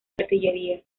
artillería